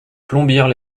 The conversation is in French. plombières